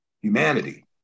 humanity